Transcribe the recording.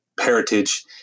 heritage